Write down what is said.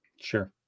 Sure